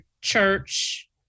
church